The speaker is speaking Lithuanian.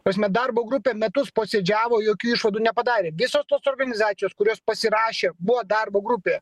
prasme darbo grupė metus posėdžiavo jokių išvadų nepadarė visos tos organizacijos kurios pasirašė buvo darbo grupėje